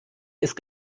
ist